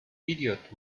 idiot